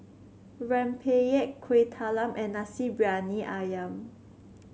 Rempeyek Kueh Talam and Nasi Briyani ayam